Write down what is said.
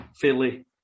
fairly